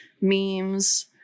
memes